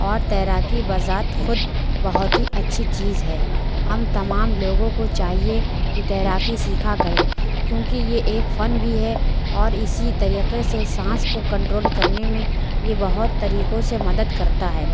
اور تیراکی بذات خود بہت اچھی چیز ہے ہم تمام لوگوں کو چاہیے کہ تیراکی سیکھا کریں کیوں کہ یہ ایک فن بھی ہے اور اِسی طریقے سے سانس کو کنٹرول کرنے میں یہ بہت طریقوں سے مدد کرتا ہے